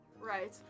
right